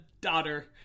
daughter